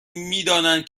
میدانند